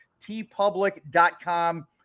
tpublic.com